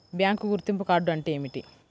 Bank గుర్తింపు card అంటే ఏమిటి?